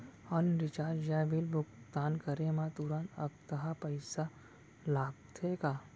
Online recharge या bill भुगतान करे मा तुरंत अक्तहा पइसा लागथे का?